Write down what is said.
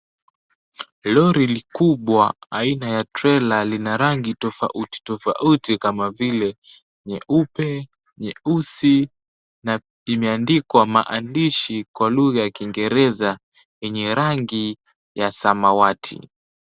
Lori likubwa aina ya trela lina rangi tofauti tofauti kama vile nyeupe, nyeusi, na imeandikwa maandishi kwa lugha ya kiingereza yenye rangi ya samawati.